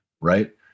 right